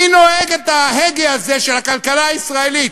מי אוחז בהגה הזה של הכלכלה הישראלית,